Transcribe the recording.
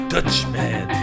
Dutchman